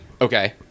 Okay